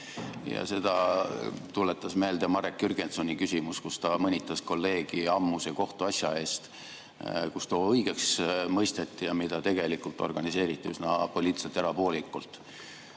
Seda tuletas meelde Marek Jürgensoni küsimus, kus ta mõnitas kolleegi ammuse kohtuasja eest, kus too õigeks mõisteti, ja mida tegelikult organiseeriti üsna poliitiliselt erapoolikult.